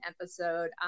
episode